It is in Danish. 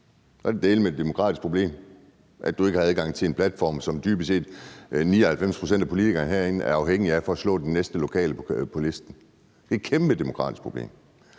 Så er det dæleme et demokratisk problem, at man ikke har adgang til en platform, som dybest set 99 pct. af politikerne herinde er afhængige af for at slå den nærmeste modstander på den lokale liste. Det er et kæmpe demokratisk problem.